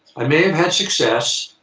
i may have had success,